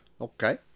Okay